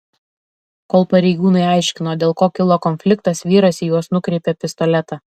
kol pareigūnai aiškino dėl ko kilo konfliktas vyras į juos nukreipė pistoletą